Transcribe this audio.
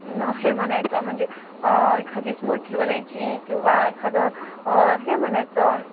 हे म्हणायचं म्हणजे एखादी स्मूर्थी म्हणायची किंवा एखादं हे म्हणायचं